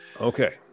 okay